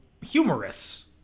humorous